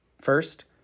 First